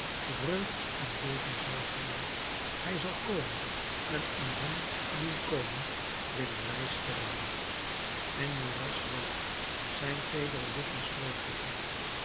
vreugd en leven zal zijn hij zal komen en om hem te doen komen willen wij sterven enjolras zweeg zijn teedere lippen sloten zich